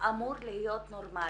שאמור להיות נורמלי,